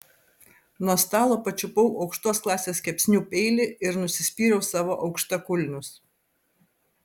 nuo stalo pačiupau aukštos klasės kepsnių peilį ir nusispyriau savo aukštakulnius